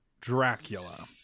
Dracula